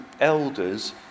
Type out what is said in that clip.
elders